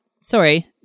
sorry